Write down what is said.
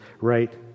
right